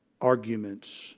arguments